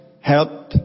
help